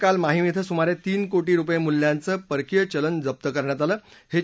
मुंबईमध्ये काल माहिम इथं सुमारे तीन कोटी रुपये मूल्याचं परकीय चलन जप्त करण्यात आलं